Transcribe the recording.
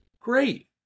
great